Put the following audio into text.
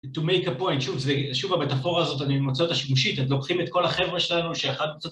To make a point, שוב, שוב המטאפורה הזאת, אני מוצא אותה שמושית, לוקחים את כל החברה שלנו שאחד...